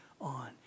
on